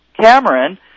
Cameron